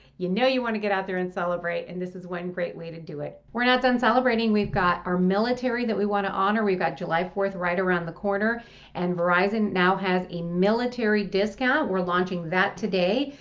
you know you want to get out there and celebrate. and this is one way to do it. we're not done celebrating, we've got our military that we want to honor. we've got july fourth right around the corner and verizon now has a military discount. we're launching that today.